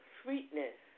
sweetness